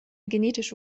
genetische